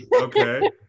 okay